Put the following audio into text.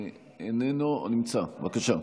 איננו, נמצא, בבקשה.